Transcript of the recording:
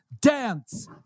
Dance